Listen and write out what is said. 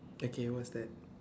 okay what's that